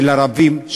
של ערבים,